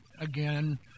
again